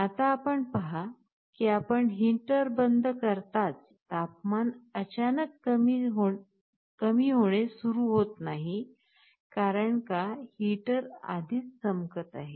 आता आपण पहा की आपण हीटर बंद करताच तापमान अचानक कमी होणे सुरू होत नाही कारण हीटर आधीच चमकत आहे